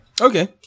Okay